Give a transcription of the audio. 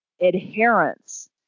adherence